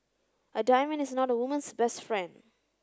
a diamond is not a woman's best friend